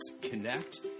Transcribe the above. connect